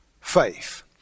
faith